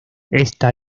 esta